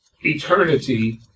eternity